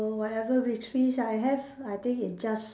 so whatever victories I have I think is just